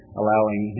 allowing